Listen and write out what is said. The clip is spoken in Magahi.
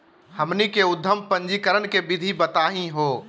हमनी के उद्यम पंजीकरण के विधि बताही हो?